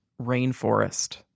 rainforest